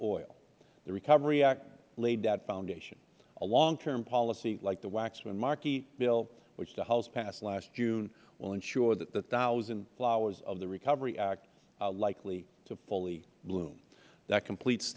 oil the recovery act laid that foundation a long term policy like the waxman markey bill which the house passed last june will ensure that the thousand flowers of the recovery act are likely to fully bloom that completes